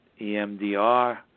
EMDR